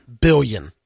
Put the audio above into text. Billion